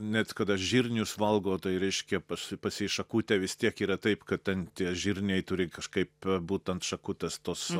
net kada žirnius valgo tai reiškia pas pas jį šakutė vis tiek yra taip kad ten tie žirniai turi kažkaip būt ant šakutės tos